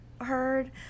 heard